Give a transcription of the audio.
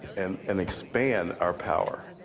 and and expand our power.